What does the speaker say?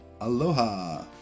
aloha